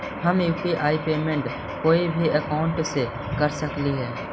हम UPI payment कोई भी अकाउंट से कर सकली हे?